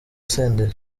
senderi